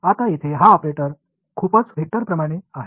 आता येथे हा ऑपरेटर खूपच वेक्टरप्रमाणे आहे